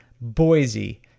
Boise